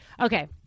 Okay